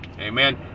Amen